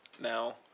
now